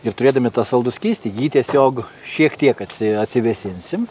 ir turėdami tą saldų skystį jį tiesiog šiek tiek atsi atsivėsinsim